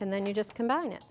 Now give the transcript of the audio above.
and then you just combine it